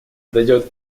дает